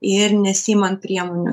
ir nesiimant priemonių